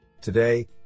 Today